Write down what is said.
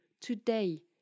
today